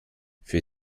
für